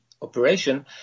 Operation